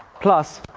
plus